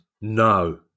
No